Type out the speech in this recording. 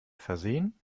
versehen